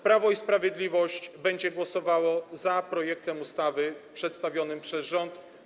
Prawo i Sprawiedliwość będzie głosowało za projektem ustawy przedstawionym przez rząd.